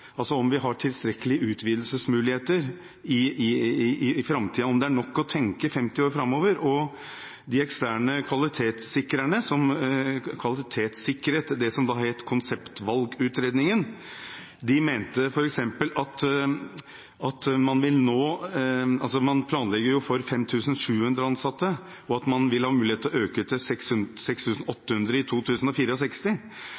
altså om vi har tilstrekkelige utvidelsesmuligheter i framtiden, om det er nok å tenke 50 år framover. De eksterne kvalitetssikrerne som kvalitetssikret det som da het konseptvalgutredningen, viste til at man planlegger for 5 700 ansatte i 2025, og at man vil ha mulighet til å øke til 6 800 i